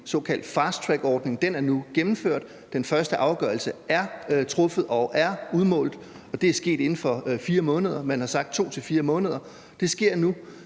en såkaldt fasttrackordning. Den er nu gennemført, og den første afgørelse er truffet og udmålt, og det er sket inden for 4 måneder. Man har sagt 2-4 måneder, og det sker nu.